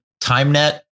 TimeNet